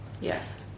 Yes